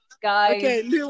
Guys